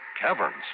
Caverns